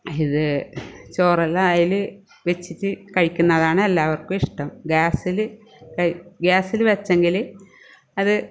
ഇത് ചോറെല്ലാം അതിൽ വച്ചിട്ട് കഴിക്കുന്നതാണ് എല്ലാവർക്കും ഇഷ്ടം ഗ്യാസിൽ ഗ്യാസിൽ വച്ചെങ്കിൽ അത്